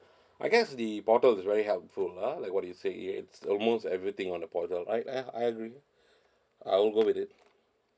I guess the portal is very helpful ah like what you say it is almost everything on the portal right I I will I'll go with it